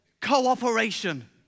cooperation